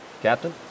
Captain